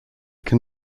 can